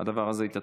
הדבר הזה יתעדכן.